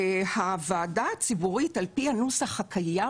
הוועדה הציבורית על פי הנוסח הקיים